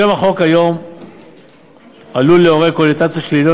שם החוק היום עלול לעורר קונוטציות שליליות